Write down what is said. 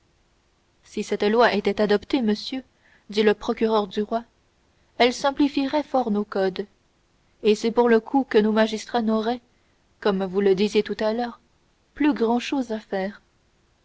si cette loi était adoptée monsieur dit le procureur du roi elle simplifierait fort nos codes et c'est pour le coup que nos magistrats n'auraient comme vous le disiez tout à l'heure plus grand-chose à faire